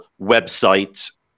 websites